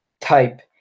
type